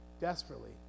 Desperately